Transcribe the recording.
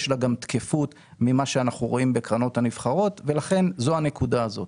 יש לה גם תקפות ממה שאנחנו רואים בקרנות הנבחרות ולכן זו הנקודה הזאת.